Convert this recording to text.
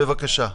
בבקשה.